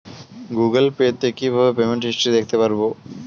Google Pay তে কিভাবে payment history দেখতে পারবো?